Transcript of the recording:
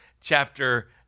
chapter